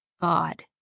God